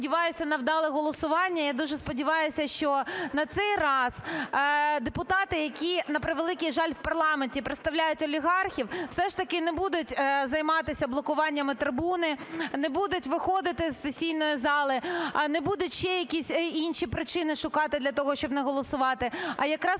сподіваюся на вдале голосування. Я дуже сподіваюсь, що на цей раз депутати, які, на превеликий жаль, в парламенті представляють олігархів, все ж таки не будуть займатися блокуваннями трибуни, не будуть виходити з сесійної зали, не будуть ще якісь інші причини шукати для того, щоб не голосувати,